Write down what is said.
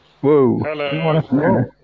whoa